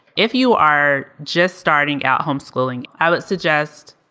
if you are just starting out homeschooling, i would suggest.